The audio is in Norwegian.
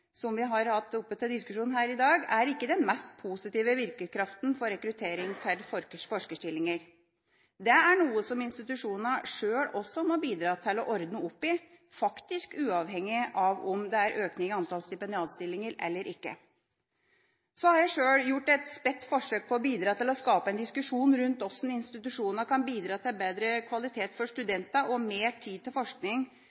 som vi har hatt oppe til diskusjon her i dag, er ikke den mest positive virkekraften for rekruttering til forskerstillinger. Det er noe som institusjonene sjøl må bidra til å ordne opp i, faktisk uavhengig av om det er økning i antall stipendiatstillinger eller ikke. Jeg har sjøl gjort et spedt forsøk på å bidra til å skape en diskusjon rundt hvordan institusjonene kan bidra til bedre kvalitet for